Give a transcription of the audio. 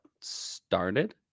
started